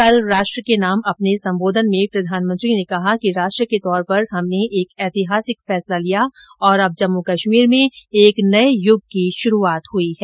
कल राष्ट्र को संबोधित करते हुए उन्होंने कहा कि राष्ट्र के तौर पर हमने एक ऐतिहासिक फैसला लिया और अब जम्मू कश्मीर में एक नये युग की शुरूआत हुई है